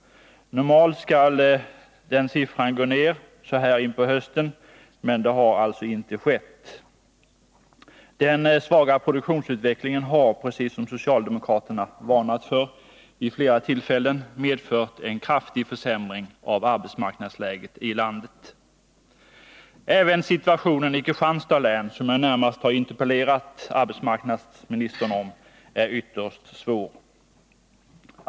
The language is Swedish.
Normalt skall den siffran gå ner på hösten, men det har alltså inte skett. Den svaga produktionsutvecklingen har — precis som socialdemokraterna har varnat för vid flera tillfällen — medfört en kraftig försämring av arbetsmarknadsläget i landet. Även situationen i Kristianstads län, som jag närmast har interpellerat arbetsmarknadsministern om, är ytterst svår.